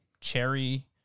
cherry